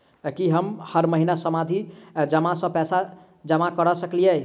की हम हर महीना सावधि जमा सँ पैसा जमा करऽ सकलिये?